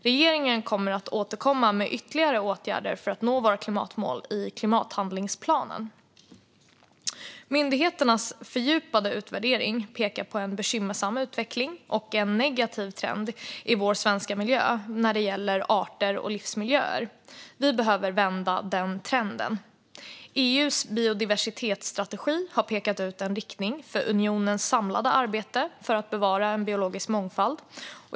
Regeringen kommer att återkomma med ytterligare åtgärder för att nå våra klimatmål i klimathandlingsplanen. Myndigheternas fördjupade utvärdering pekar på en bekymmersam utveckling och negativ trend i vår svenska miljö när det gäller arter och livsmiljöer. Vi behöver vända den trenden! EU:s biodiversitetsstrategi har pekat ut en riktning för unionens samlade arbete att bevara biologisk mångfald.